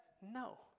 No